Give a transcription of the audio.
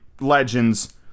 legends